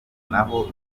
naho